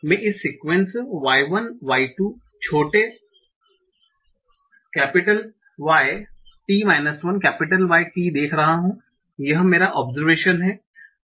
मैं इस sequence Y1 Y 2 छोटे Y t 1 Y t देख रहा हूं यह मेरा ओबसरवेशन है